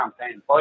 campaign